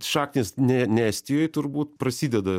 šaknys ne ne estijoj turbūt prasideda